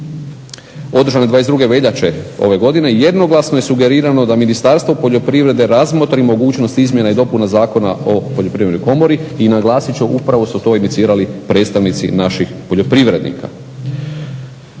održane 22. veljače ove godine jednoglasno je sugerirano da Ministarstvo poljoprivrede razmotri mogućnost izmjena i dopuna Zakona o poljoprivrednoj komori i naglasit će upravo su to inicirali predstavnici naših poljoprivrednika.